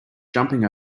jumping